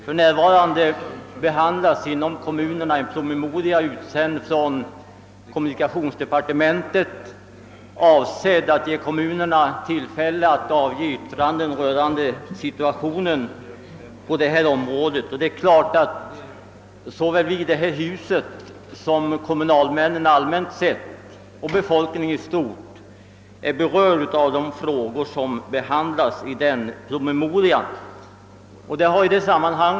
För närvarande be fPartementet. Den är avsedd att ge kommunerna tillfälle att avge yttrande rörande situationen på detta område. Såväl vi i detta hus som kommunalmännen och hela befolkningen berörs naturligtvis av de frågor som behandlas i denna promemoria.